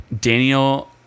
Daniel